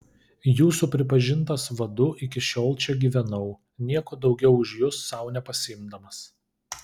jūsų pripažintas vadu iki šiol čia gyvenau nieko daugiau už jus sau nepasiimdamas